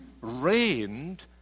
reigned